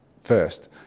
first